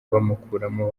bamukuramo